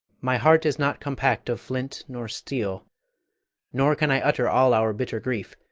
my heart is not compact of flint nor steel nor can i utter all our bitter grief,